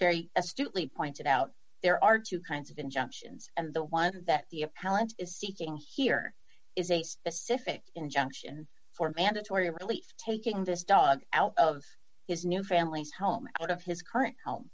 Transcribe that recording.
very astutely pointed out there are two kinds of injunctions and the one that the appellant is seeking here is a specific injunction for mandatory relief taking this dog out of his new family's home out of his current home